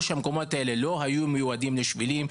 שהמקומות האלה לא היו מיועדים לשבילים,